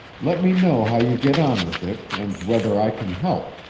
let me know how you get on with it and whether i can help.